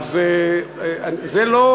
אין הצבעה?